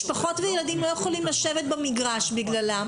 משפחות וילדים לא יכולים לשבת במגרש בגללם.